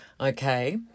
okay